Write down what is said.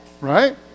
right